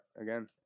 again